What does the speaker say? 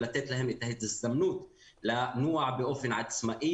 ולתת להם את ההזדמנות לנוע באופן עצמאי